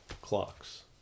clocks